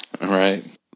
Right